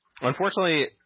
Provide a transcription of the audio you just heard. Unfortunately